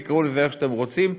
תקראו לזה איך שאתם רוצים.